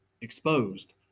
exposed